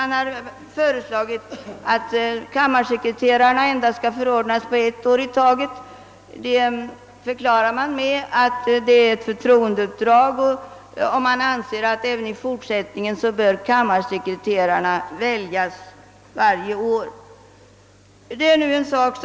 Förordnandet av kammarsekreterarna på endast ett år i taget förklaras med att det är fråga om ett förtroendeuppdrag och att kammarsek reterarna därför även i fortsättningen bör väljas varje år.